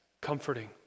comforting